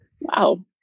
wow